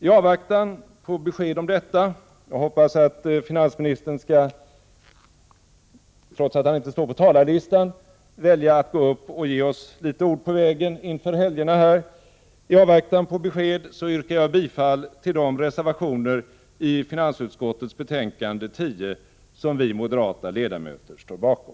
I avvaktan på besked om detta— jag hoppas att finansministern, trots att han inte är upptagen på talarlistan, väljer att gå upp och ger oss ett ord på vägen inför helgerna — yrkar jag bifall till de reservationer i finansutskottets betänkande 10 som moderata ledamöter står bakom.